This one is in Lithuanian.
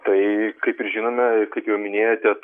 tai kaip ir žinome kaip jau minėjote